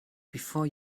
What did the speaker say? before